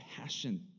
passion